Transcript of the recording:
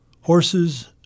horses